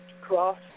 cross